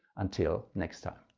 until next time